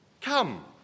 Come